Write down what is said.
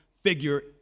figure